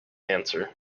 answer